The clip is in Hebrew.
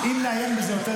אם נעיין בזה יותר,